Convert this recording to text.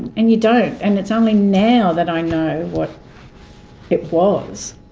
and you don't, and it's only now that i know what it was.